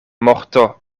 morto